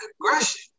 aggression